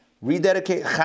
Rededicate